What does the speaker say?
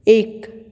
एक